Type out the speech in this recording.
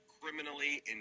criminally